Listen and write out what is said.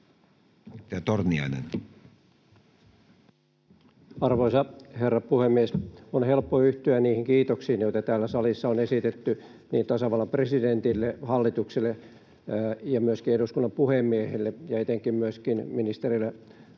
Edustaja Torniainen. Arvoisa herra puhemies! On helppo yhtyä niihin kiitoksiin, joita täällä salissa on esitetty niin tasavallan presidentille, hallitukselle ja myöskin eduskunnan puhemiehelle ja etenkin myöskin ministereille